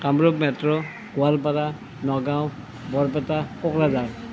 Kamrup metro Goalpara Nagaon Barpeta Kokrajhar